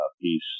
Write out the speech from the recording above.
piece